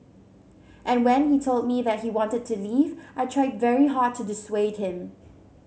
and when he told me that he wanted to leave I tried very hard to dissuade him